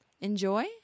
enjoy